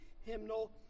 hymnal